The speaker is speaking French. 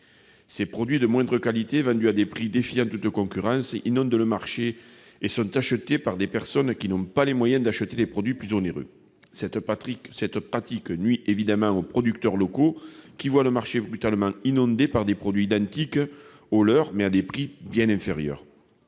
Ces produits de moindre qualité, vendus à des prix défiant toute concurrence, inondent le marché et sont achetés par des personnes n'ayant pas les moyens de payer des produits plus onéreux. Cette pratique nuit évidemment aux producteurs locaux, qui voient le marché brutalement submergé par des produits identiques aux leurs, mais à des prix bien inférieurs.